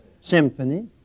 symphony